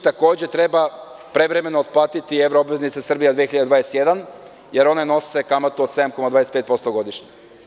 Takođe treba prevremeno otplatiti evroobveznice Srbija 2021, jer one nose kamatu od 7,25% godišnje.